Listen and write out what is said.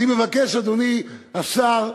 אני מבקש, אדוני השר,